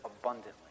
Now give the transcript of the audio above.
abundantly